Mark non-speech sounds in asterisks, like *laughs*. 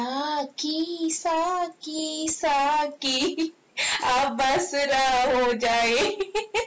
*laughs*